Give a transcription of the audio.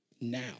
now